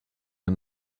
and